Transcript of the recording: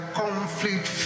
conflict